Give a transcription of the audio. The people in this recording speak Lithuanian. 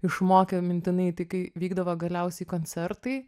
išmokę mintinai tai kai vykdavo galiausiai koncertai